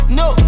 no